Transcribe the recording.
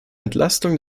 entlastung